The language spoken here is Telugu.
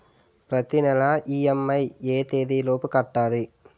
ప్రతినెల ఇ.ఎం.ఐ ఎ తేదీ లోపు కట్టాలి?